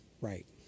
Right